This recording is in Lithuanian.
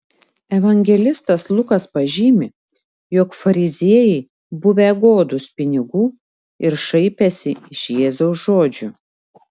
evangelistas lukas pažymi jog fariziejai buvę godūs pinigų ir šaipęsi iš jėzaus žodžių